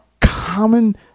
common